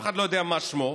אף אחד לא יודע מה שמו.